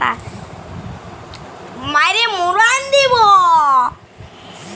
direct সেভিংসে টাকা খ্যাট্যাইলে মাসে মাসে সুদ পাবেক